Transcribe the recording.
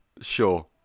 sure